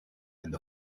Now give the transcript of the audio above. and